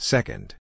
Second